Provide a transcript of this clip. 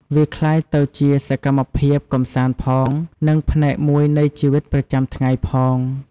វាក្លាយទៅជាសកម្មភាពកំសាន្តផង និងផ្នែកមួយនៃជីវិតប្រចាំថ្ងៃផង។